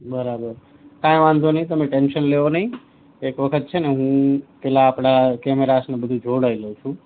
બરાબર કંઈ વાંધો નહીં તમે ટેન્શન લેવો નહીં એક વખત છેને હું પેલા આપણા કેમેરા ક્લાસને બધું જોવડાવી લઉં છું